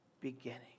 beginning